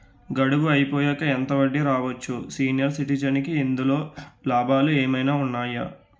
గడువు అయిపోయాక ఎంత వడ్డీ రావచ్చు? సీనియర్ సిటిజెన్ కి ఇందులో లాభాలు ఏమైనా ఉన్నాయా?